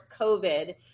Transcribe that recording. COVID